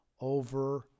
over